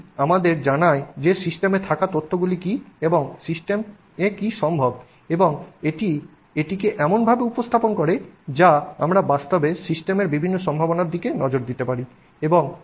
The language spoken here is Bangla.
এটি আমাদের জানায় যে সিস্টেমে থাকা তথ্যগুলি কী এবং সিস্টেমে কী সম্ভব এবং এটি এটিকে এমনভাবে উপস্থাপন করে যা আমরা বাস্তবে সিস্টেমের বিভিন্ন সম্ভাবনার দিকে নজর দিতে পারি